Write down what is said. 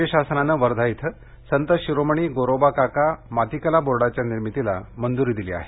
राज्य शासनानं वर्धा इथं संत शिरोमणी गोरोबाकाका मातीकला बोर्डाच्या निर्मितीला मंजुरी दिली आहे